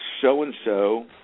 so-and-so